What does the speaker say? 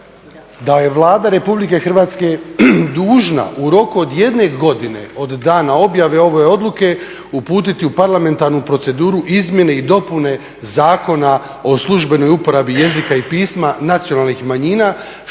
da je Vlada RH dužna u roku od jedne godine od dana objave ove odluke uputiti u parlamentarnu proceduru izmjene i dopune Zakona o službenoj uporabi jezika i pisma nacionalnih manjina